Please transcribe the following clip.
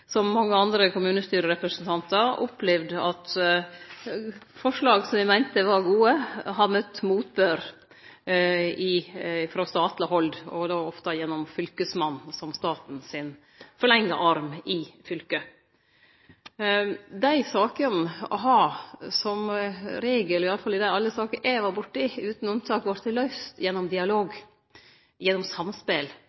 som mange andre kommunestyrerepresentantar, opplevd at forslag som eg meinte var gode, har møtt motbør frå statleg hald – og då ofte gjennom Fylkesmannen som er den som ordnar opp på vegner av staten i fylket. Dei sakene har som regel – iallfall dei sakene eg har vore borti – utan unntak vorte løyste gjennom